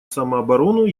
самооборону